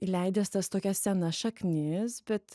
įleidęs tas tokias senas šaknis bet